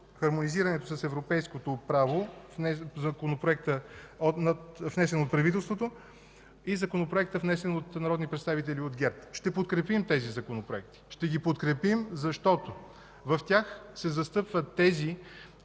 хармонизирането с европейското право – на Законопроекта, внесен от правителството, и Законопроекта, внесен от народни представители от ГЕРБ. Ще подкрепим тези законопроекти. Ще ги подкрепим, защото в тях се застъпват тези,